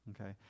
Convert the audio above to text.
okay